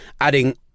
adding